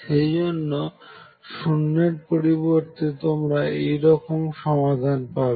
সেই জন্য 0 এর পরিবর্তে তোমরা এইরকম ধরনের সমাধান পাবে